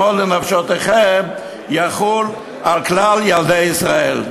מאוד לנפשותיכם" יחול על כלל ילדי ישראל.